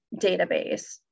database